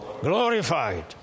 glorified